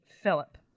Philip